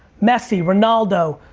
messi, ronaldo,